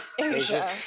Asia